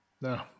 No